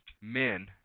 men